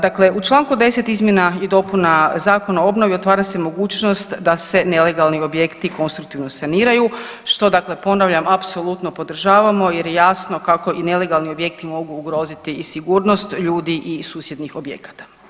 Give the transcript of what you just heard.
Dakle u čl. 10 izmjena i dopuna Zakona o obnovi otvara se mogućnost da se nelegalni objekti konstruktivno saniraju, što dakle ponavljam, apsolutno podržavamo jer je jasno kako i nelegalni objekti mogu ugroziti i sigurnost ljudi i susjednih objekata.